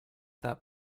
that